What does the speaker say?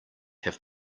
have